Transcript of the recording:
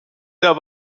der